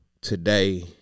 today